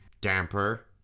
damper